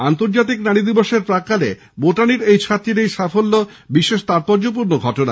আন্তর্জাতিক নারী দিবসের প্রাক্কালে বটানির এই ছাত্রীর সাফল্য বিশেষ তাৎপর্যপূর্ণ ঘটনা